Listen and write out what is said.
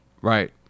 Right